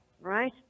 Right